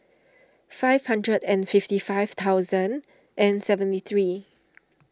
five hundred and fifty five thousand and seventy three